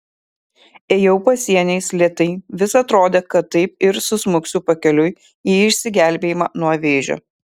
ėjau pasieniais lėtai vis atrodė kad taip ir susmuksiu pakeliui į išsigelbėjimą nuo vėžio